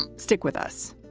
stick with us